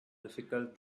difficult